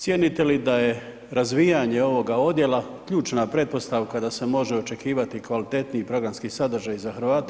Cijenite li da je razvijanje ovoga odjela ključna pretpostavka da se može očekivati kvalitetniji programski sadržaj za Hrvate